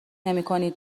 نمیکنید